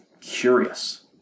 curious